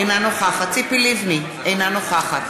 אינה נוכחת